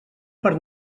per